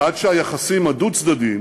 עד שהיחסים הדו-צדדיים